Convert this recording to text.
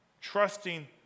trusting